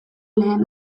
lehen